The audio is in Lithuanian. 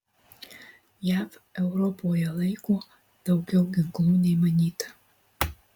jav europoje laiko daugiau ginklų nei manyta